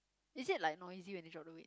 is it like noisy when you drop the weight